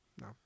no